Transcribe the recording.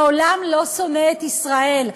העולם לא שונא את ישראל,